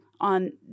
on